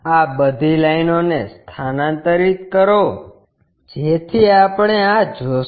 આ બધી લાઈનોને સ્થાનાંતરિત કરો જેથી આપણે આ જોશું